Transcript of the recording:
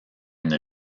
une